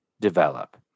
develop